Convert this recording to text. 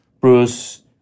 Bruce